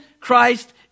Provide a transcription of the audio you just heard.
Christ